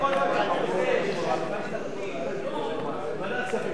תמהנו שהחוק הזה ששייך לוועדת הפנים נדון בוועדת כספים.